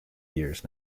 years